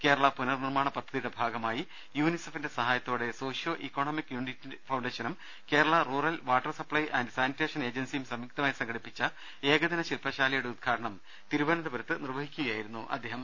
കേരള പുനർ നിർമ്മാണ് പദ്ധതിയുടെ ഭാഗമായി യൂണിസെഫിൻറെ സഹായത്തോടെ സോഷ്യോ ഇക്കണോമിക് യൂണിറ്റ് ഫൌണ്ടേഷനും കേരള റൂറൽ വാട്ടർ സ്റ്റ്പ്പെ ആൻറ് സാനിറ്റേഷൻ ഏജൻസിയും സംയുക്തമായി സംഘടിപ്പിച്ച ഏകദിന ശില്പശാലയുടെ ഉദ്ഘാടനം തിരുവനന്തപുരത്ത് നിർവഹിക്കുകയായിരുന്നു അദ്ദേഹം